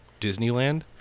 Disneyland